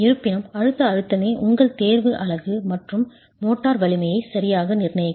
இருப்பினும் அழுத்த அழுத்தமே உங்கள் தேர்வு அலகு மற்றும் மோட்டார் வலிமையை சரியாக நிர்ணயிக்கும்